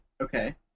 Okay